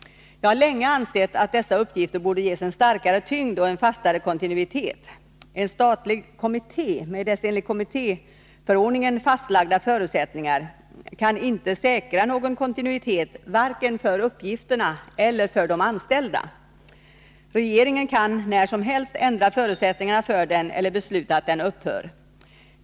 Jag har länge ansett att dessa uppgifter borde ges en starkare tyngd och en fastare kontinuitet. En statlig kommitté, med dess enligt kommittéförordningen fastlagda förutsättningar, kan inte säkra någon kontinuitet, varken för uppgifterna eller för de anställda. Regeringen kan när som helst ändra förutsättningar för den eller besluta att den upphör.